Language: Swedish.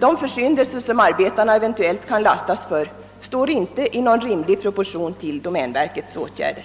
De försyndelser som arbetarna eventuellt kan lastas för står inte i någon rimlig proportion till domänverkets åtgärder.